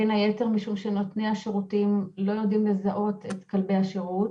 בין היתר משום שנותני השירותים לא יודעים לזהות את כלבי השירות,